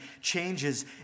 changes